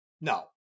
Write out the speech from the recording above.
No